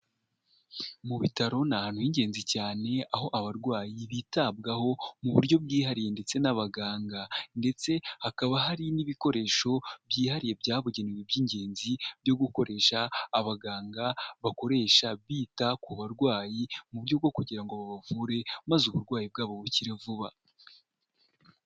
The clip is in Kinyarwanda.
Mu bitaro n ni ahantu h'ingenzi cyane, aho abarwayi bitabwaho mu buryo bwihariye ndetse n'abaganga, ndetse hakaba hari n'ibikoresho byihariye byabugenewe by'ingenzi byo gukoresha abaganga bakoresha bita ku barwayi mu buryo bwo kugira ngo babavure maze uburwayi bwabo bukire vuba.